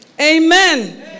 Amen